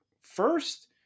first